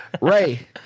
Ray